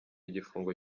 igifungo